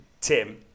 Tim